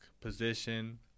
position